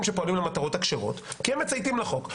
שפועלים למטרות הכשרות כי הם מצייתים לחוק,